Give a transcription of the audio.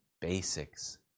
basics